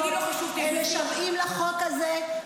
הם משוועים לחוק הזה,